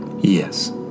Yes